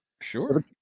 Sure